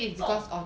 中